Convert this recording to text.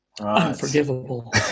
Unforgivable